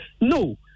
No